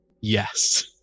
Yes